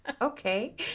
okay